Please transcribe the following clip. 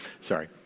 Sorry